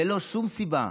ללא שום סיבה,